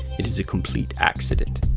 it is a complete accident.